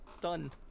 done